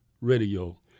radio